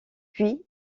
puis